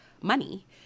money